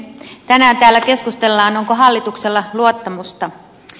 tänään täällä keskustellaan onko hallituksella luottamusta